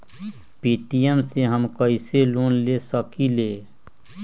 Paytm से हम कईसे लोन ले सकीले?